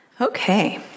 Okay